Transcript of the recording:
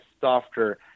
softer